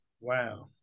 Wow